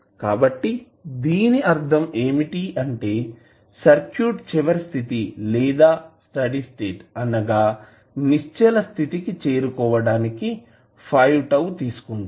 కాబట్టి దీని అర్ధం ఏమిటి అంటే సర్క్యూట్ చివరి స్థితి లేదా స్టడీ స్టేట్ అనగా నిశ్చల స్థితి కి చేరుకోవటానికి 5 τ ని తీసుకుంటుంది